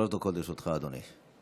בבקשה, שלוש דקות לרשותך, אדוני.